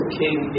king